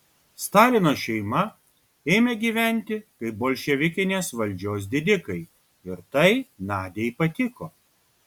stalino šeima ėmė gyventi kaip bolševikinės valdžios didikai ir tai nadiai patiko